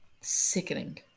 sickening